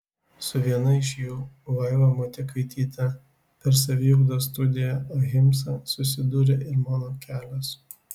su viena iš jų vaiva motiekaityte per saviugdos studiją ahimsa susidūrė ir mano kelias